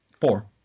four